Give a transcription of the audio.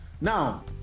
now